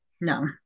no